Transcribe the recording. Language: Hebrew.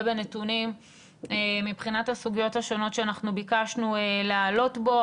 בנתונים מבחינת הסוגיות השונות שאנחנו ביקשנו להעלות בו,